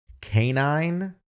canine